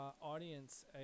audience